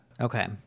Okay